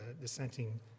dissenting